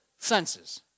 senses